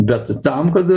bet tam kad